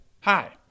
Hi